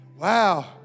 Wow